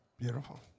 beautiful